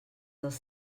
dels